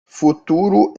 futuro